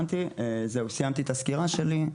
סיימתי את הסקירה שלי.